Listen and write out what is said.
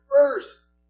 first